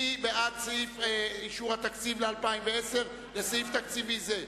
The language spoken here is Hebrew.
מי בעד סעיף אישור התקציב ל-2010 לסעיף תקציבי זה,